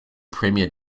premier